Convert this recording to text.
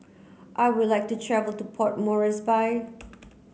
I would like to travel to Port Moresby